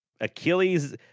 Achilles